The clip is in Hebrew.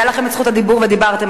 היתה לכם זכות דיבור ודיברתם.